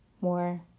more